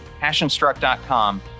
passionstruck.com